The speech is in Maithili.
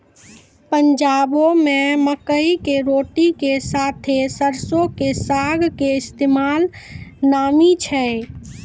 पंजाबो मे मकई के रोटी के साथे सरसो के साग के इस्तेमाल नामी छै